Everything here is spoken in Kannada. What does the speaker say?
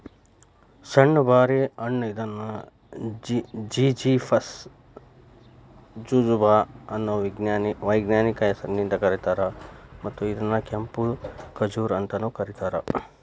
ಸಣ್ಣು ಬಾರಿ ಹಣ್ಣ ಇದನ್ನು ಜಿಝಿಫಸ್ ಜುಜುಬಾ ಅನ್ನೋ ವೈಜ್ಞಾನಿಕ ಹೆಸರಿಂದ ಕರೇತಾರ, ಮತ್ತ ಇದನ್ನ ಕೆಂಪು ಖಜೂರ್ ಅಂತಾನೂ ಕರೇತಾರ